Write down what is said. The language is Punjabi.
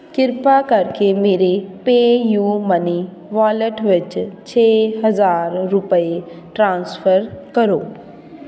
ਕਿਰਪਾ ਕਰਕੇ ਮੇਰੇ ਪੇਯੂ ਮਨੀ ਵਾਲਟ ਵਿੱਚ ਛੇ ਹਜ਼ਾਰ ਰੁਪਏ ਟ੍ਰਾਂਸਫਰ ਕਰੋ